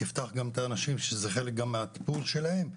תפתח גם את האנשים שזה חלק גם מהטיפול שלהם,